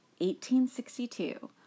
1862